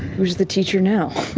who's the teacher now?